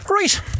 Right